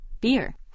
Beer